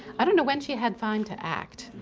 i don't know when she had time to act,